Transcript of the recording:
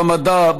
במדע,